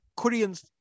Koreans